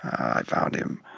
i found him